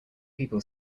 people